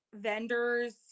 vendors